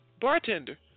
Bartender